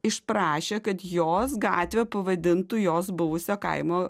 išprašė kad jos gatvę pavadintų jos buvusio kaimo